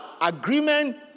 agreement